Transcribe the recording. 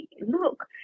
look